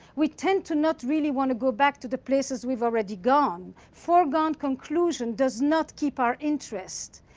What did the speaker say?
we tend to not really want to go back to the places we've already gone. forgone conclusion does not keep our interest.